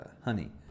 honey